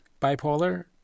bipolar